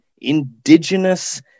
Indigenous